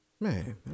Man